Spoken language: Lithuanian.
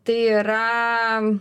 tai yra